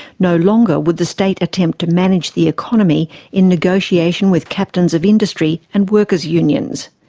no longer would the state attempt to manage the economy in negotiation with captains of industry and workers unions.